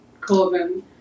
Colvin